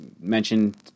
mentioned